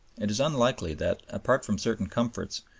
it is unlikely that, apart from certain comforts,